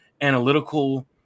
analytical